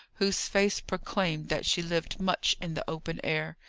whose face proclaimed that she lived much in the open air.